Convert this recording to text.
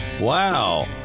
Wow